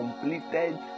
completed